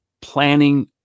planning